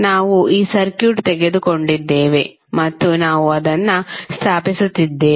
ನಾವು ಈ ಸರ್ಕ್ಯೂಟ್ ತೆಗೆದುಕೊಂಡಿದ್ದೇವೆ ಮತ್ತು ನಾವು ಅದನ್ನು ಸ್ಥಾಪಿಸಿದ್ದೇವೆ